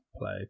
play